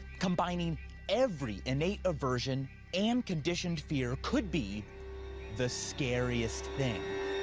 combining every innate aversion and conditioned fear, could be the scariest thing.